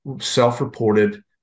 self-reported